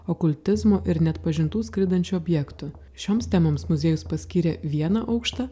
okultizmo ir neatpažintų skraidančių objektų šioms temoms muziejus paskyrė vieną aukštą